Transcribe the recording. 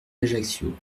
ajaccio